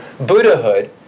Buddhahood